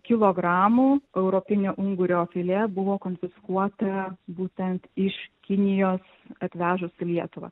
kilogramų europinio ungurio filė buvo konfiskuota būtent iš kinijos atvežus į lietuvą